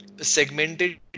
segmented